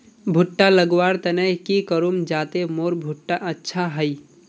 भुट्टा लगवार तने की करूम जाते मोर भुट्टा अच्छा हाई?